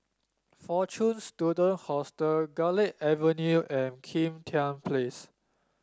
Fortune Student Hostel Garlick Avenue and Kim Tian Place